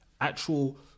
Actual